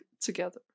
together